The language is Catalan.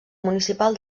municipal